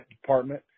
department